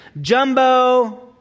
Jumbo